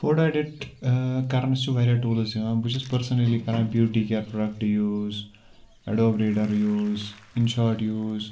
photo edit کَرنَس چھِ واریاہ ٹوٗلٕز یِوان بہٕ چھُس پٔرسٕنٔلی کَران beauty care product use Adobe reader use InShot use